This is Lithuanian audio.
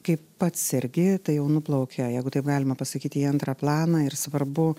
kai pats sergi tai jau nuplaukia jeigu taip galima pasakyti į antrą planą ir svarbu